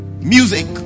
Music